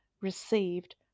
received